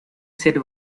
ser